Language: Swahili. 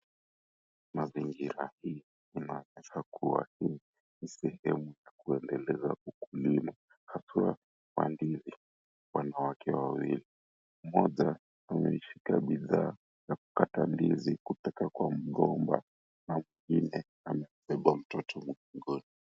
Mazingira hii inaonyesha kua ni sehemu ya kuendeleza ukulima haswa wa ndizi. Wanawake wawili mmoja ameshika bidhaa ya kukata ndizi kutoka kwa mgomba na mwingine amebeba mtoto mgongoni.